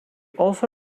also